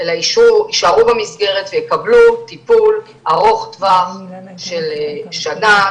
אלא יישארו במסגרת ויקבלו טיפול ארוך טווח של שנה,